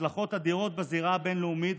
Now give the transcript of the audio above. הצלחות אדירות בזירה הבן-לאומית,